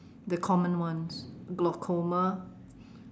the common ones glaucoma